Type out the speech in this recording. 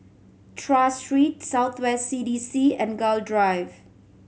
Tras Street South West C D C and Gul Drive